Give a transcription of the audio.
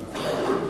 ההצעה.